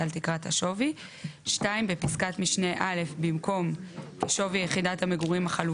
פרק ד' (מיסוי בשוק הדיור),